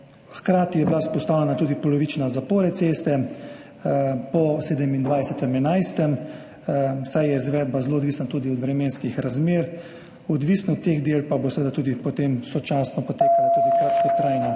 Hkrati je bila vzpostavljena tudi polovična zapora ceste po 27. 11, saj je izvedba zelo odvisna tudi od vremenskih razmer. Odvisno od teh del pa bo tudi potem seveda sočasno potekala kratkotrajna